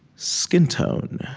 skin tone